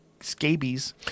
scabies